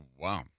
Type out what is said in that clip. Wow